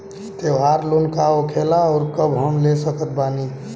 त्योहार लोन का होखेला आउर कब हम ले सकत बानी?